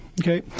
Okay